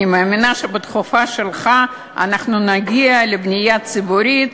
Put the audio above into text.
אני מאמינה שבתקופה שלך אנחנו נגיע לבנייה ציבורית.